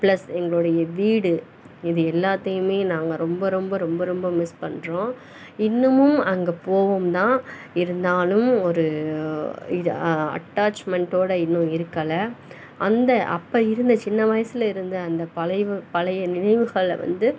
plus எங்களுடைய வீடு இது எல்லாத்தையுமே நாங்கள் ரொம்ப ரொம்ப ரொம்ப ரொம்ப மிஸ் பண்ணுறோம் இன்னமும் அங்கே போவோம் தான் இருந்தாலும் ஒரு இது அட்டாச்மெண்டோட இன்னும் இருக்கலை அந்த அப்போ இருந்த சின்ன வயசில் இருந்த அந்த பழைவு பழைய நினைவுகளை வந்து